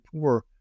poor